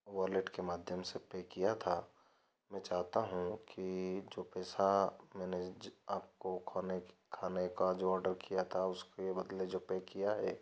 wallet के मध्यम से पे किया था मै चाहता हूँ कि जो पैसा मैंने जी आपको खाने के खाने का जो ऑर्डर किया था उस उसके बदले जो पे किया है